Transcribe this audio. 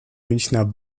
münchner